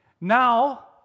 Now